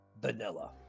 vanilla